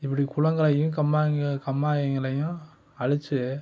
இப்படி குளங்களையும் கம்மாய் கம்மாய்களையும் அழித்து